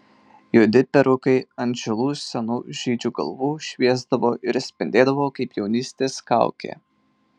juodi perukai ant žilų senų žydžių galvų šviesdavo ir spindėdavo kaip jaunystės kaukė